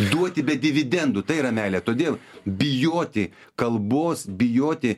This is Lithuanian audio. duoti be dividendų tai yra meilė todėl bijoti kalbos bijoti